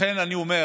לכן אני אומר